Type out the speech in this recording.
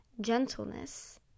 gentleness